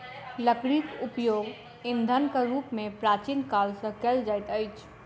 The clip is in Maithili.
लकड़ीक उपयोग ईंधनक रूप मे प्राचीन काल सॅ कएल जाइत अछि